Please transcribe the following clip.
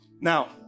Now